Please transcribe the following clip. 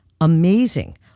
amazing